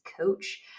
coach